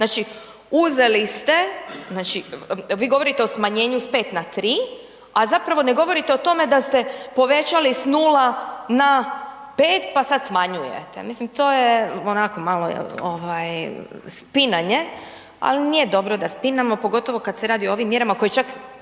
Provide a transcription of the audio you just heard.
Znači uzeli ste, znači, vi govorite o smanjenju s 5 na 3 a zapravo ne govorite o tome da ste povećali s 0 na 5 pa sad smanjujete. Mislim to je onako, malo je spinanje ali nije dobro na spinamo pogotovo kad se radi o ovim mjerama koje čak